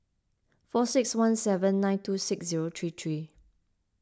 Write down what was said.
four six one seven nine two six zero three three